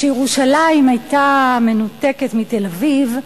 כשירושלים היתה מנותקת מתל-אביב,